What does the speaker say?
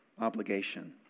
obligation